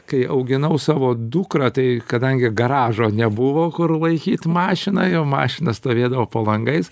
kai auginau savo dukrą tai kadangi garažo nebuvo kur laikyt mašiną jau mašina stovėdavo po langais